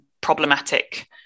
problematic